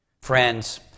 Friends